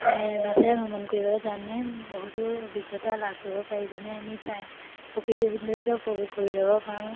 এ বাছেৰে ভ্ৰমণ কৰিবলৈ যাওঁতেনে বহুতো অভিজ্ঞতা লাভ কৰিব পাৰি যেনে আমি চাই প্ৰকৃতি সৌন্দৰ্য উপভোগ কৰি যাব পাৰোঁ